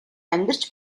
амьдарч